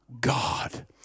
God